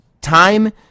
time